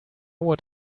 what